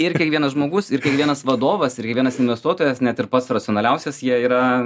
ir kiekvienas žmogus ir kiekvienas vadovas ir kiekvienas investuotojas net ir pats racionaliausias jie yra